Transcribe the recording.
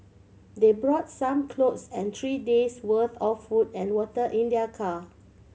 they brought some clothes and three days' worth of food and water in their car